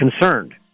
concerned